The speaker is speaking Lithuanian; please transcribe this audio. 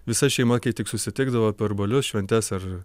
visa šeima kai tik susitikdavo per balius šventes ar